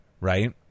right